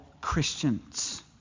Christians